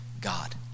God